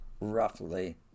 roughly